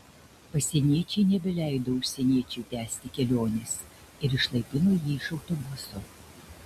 pasieniečiai nebeleido užsieniečiui tęsti kelionės ir išlaipino jį iš autobuso